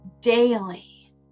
Daily